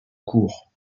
cours